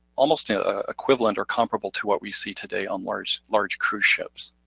almost ah equivalent or comparable to what we see today on large large cruise ships.